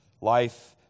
life